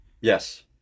Yes